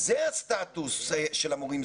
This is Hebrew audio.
זה הסטטוס של המורים,